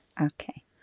Okay